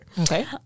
okay